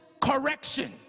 correction